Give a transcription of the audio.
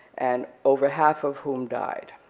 and over half of whom died.